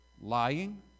lying